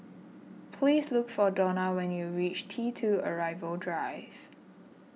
please look for Dona when you reach T two Arrival Drive